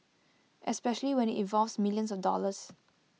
especially when IT involves millions of dollars